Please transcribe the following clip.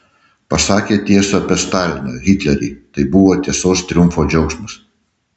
pasakė tiesą apie staliną ir hitlerį tai buvo tiesos triumfo džiaugsmas